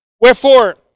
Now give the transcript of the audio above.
Wherefore